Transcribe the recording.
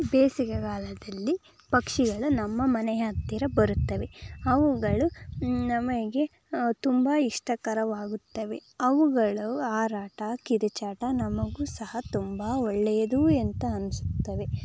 ಬೇಸಿಗೆಗಾಲದಲ್ಲಿ ಪಕ್ಷಿಗಳು ನಮ್ಮ ಮನೆಯ ಹತ್ತಿರ ಬರುತ್ತವೆ ಅವುಗಳು ನಮಗೆ ತುಂಬ ಇಷ್ಟಕರವಾಗುತ್ತವೆ ಅವುಗಳ ಹಾರಾಟ ಕಿರುಚಾಟ ನಮಗೂ ಸಹ ತುಂಬ ಒಳ್ಳೆಯದು ಅಂತ ಅನಿಸುತ್ತವೆ